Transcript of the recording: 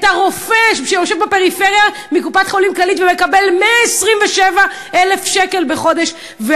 את הרופא מקופת-חולים כללית שיושב בפריפריה ומקבל 127,000 שקל בחודש,